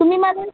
तुम्ही माझे